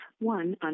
one